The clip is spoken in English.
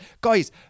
guys